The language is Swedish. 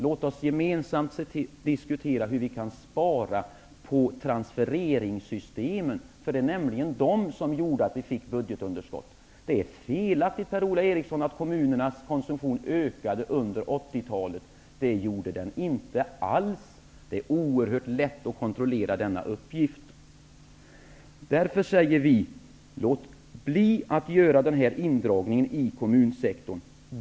Låt oss gemensamt diskutera hur vi skall kunna spara på transfereringssystemen. Det är nämligen dessa som gjorde att vi fick budgetunderskott. Det är felaktigt, Per-Ola Eriksson, att kommunernas konsumtion ökade under 80-talet. Det gjorde den inte alls. Det är oerhört lätt att kontrollera denna uppgift. Vi säger därför: Låt bli att göra denna indragning i kommunsektorn.